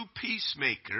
peacemaker